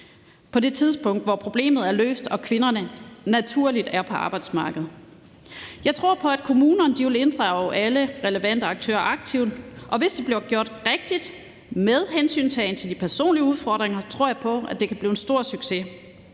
– det tidspunkt, hvor problemet er løst og kvinderne naturligt er på arbejdsmarkedet. Jeg tror på, at kommunerne vil inddrage alle relevante aktører aktivt, og hvis det bliver gjort rigtigt med hensyntagen til de personlige udfordringer, tror jeg på, at det kan blive en stor succes.